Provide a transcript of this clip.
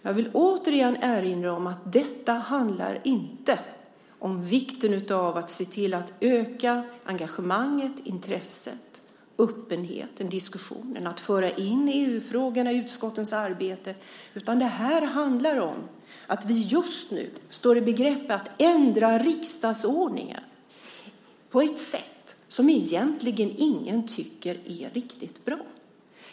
Jag vill återigen erinra om att detta inte handlar om vikten av att se till att öka engagemanget, intresset och öppenheten i diskussionen och att föra in EU-frågorna i utskottens arbete, utan detta handlar om att vi just nu står i begrepp att ändra riksdagsordningen på ett sätt som egentligen ingen tycker är riktigt bra.